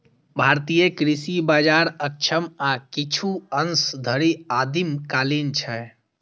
भारतीय कृषि बाजार अक्षम आ किछु अंश धरि आदिम कालीन छै